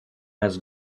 has